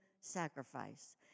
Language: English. sacrifice